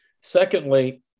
Secondly